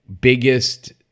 biggest